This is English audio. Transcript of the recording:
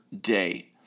day